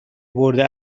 برده